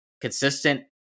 consistent